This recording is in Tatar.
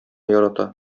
ярата